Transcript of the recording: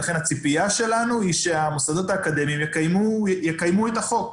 ולכן הציפייה שלנו היא שהמוסדות האקדמיים יקיימו את החוק,